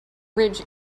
ridge